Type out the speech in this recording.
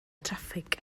traffig